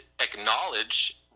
acknowledge